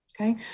okay